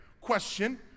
question